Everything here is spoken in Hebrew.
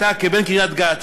אתה כבן קריית-גת,